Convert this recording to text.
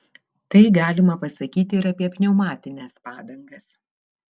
tai galima pasakyti ir apie pneumatines padangas